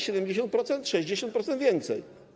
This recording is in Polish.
70%, 60% więcej.